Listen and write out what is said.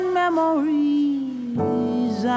memories